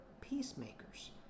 peacemakers